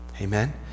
Amen